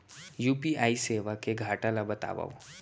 UPI सेवा के घाटा ल बतावव?